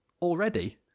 already